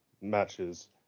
matches